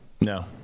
No